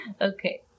Okay